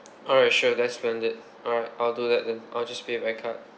alright sure that's splendid alright I'll do that then I'll just pay by card